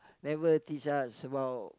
never teach us about